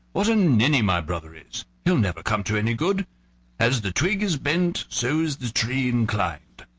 what a ninny my brother is! he'll never come to any good as the twig is bent, so is the tree inclined.